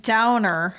Downer